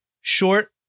short